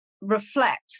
reflect